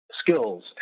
skills